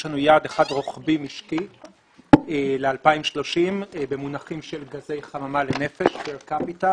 יש לנו יעד אחד רוחבי משקי ל-2030 במונחים של גזי חממה לנפש פר קפיטה